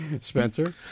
Spencer